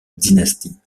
dynastie